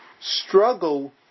struggle